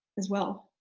as well.